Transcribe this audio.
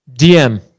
DM